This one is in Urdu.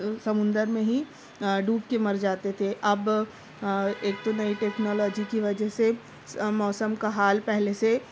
سمندر میں ہی ڈوب کے مر جاتے تھے اب ایک تو نئی ٹیکنالوجی کی وجہ سے موسم کا حال پہلے سے